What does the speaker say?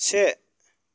से